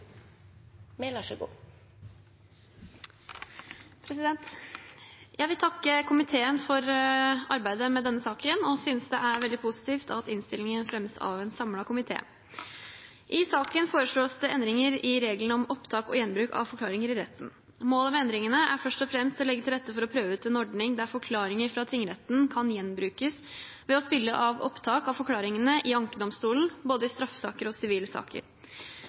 veldig positivt at innstillingen fremmes av en samlet komité. I saken foreslås det endringer i reglene om opptak og gjenbruk av forklaringer i retten. Målet med endringene er først og fremst å legge til rette for å prøve ut en ordning der forklaringer fra tingretten kan gjenbrukes ved å spille av opptak av forklaringene i ankedomstolen, både i straffesaker og i sivile saker.